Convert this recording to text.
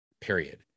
period